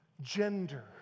gender